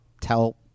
Tell